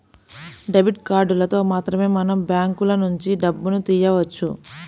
debit కార్డులతో మాత్రమే మనం బ్యాంకులనుంచి డబ్బును తియ్యవచ్చు